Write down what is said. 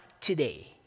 today